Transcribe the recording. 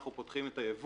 אנחנו פותחים את הייבוא.